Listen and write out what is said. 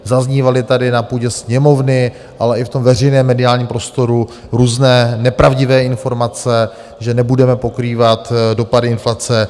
Zaznívaly tady na půdě Sněmovny, ale i v tom veřejném mediálním prostoru různé nepravdivé informace, že nebudeme pokrývat dopady inflace.